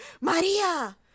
Maria